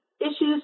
issues